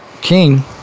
King